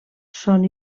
són